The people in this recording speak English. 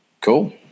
cool